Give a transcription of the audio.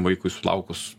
vaikui sulaukus